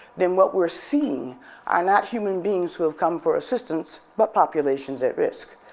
then what we're seeing are not human beings who have come for assistance but populations at risk,